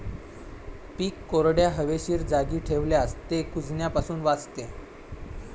पीक कोरड्या, हवेशीर जागी ठेवल्यास ते कुजण्यापासून वाचते